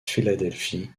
philadelphie